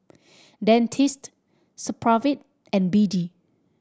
Dentiste Supravit and B D